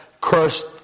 cursed